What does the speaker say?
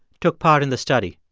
took part in the study.